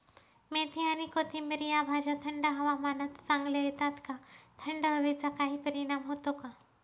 मेथी आणि कोथिंबिर या भाज्या थंड हवामानात चांगल्या येतात का? थंड हवेचा काही परिणाम होतो का?